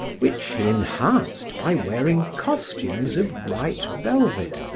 which he enhanced by wearing costumes of white velvet,